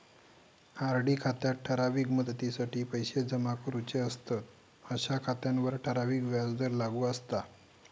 RD खात्यात ठराविक मुदतीसाठी पैशे जमा करूचे असतंत अशा खात्यांवर ठराविक व्याजदर लागू असता